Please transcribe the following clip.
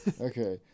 Okay